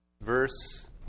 Verse